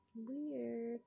Weird